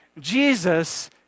Jesus